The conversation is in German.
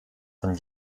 von